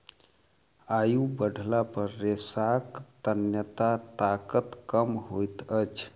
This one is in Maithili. आयु बढ़ला पर रेशाक तन्यता ताकत कम होइत अछि